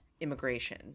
immigration